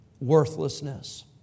worthlessness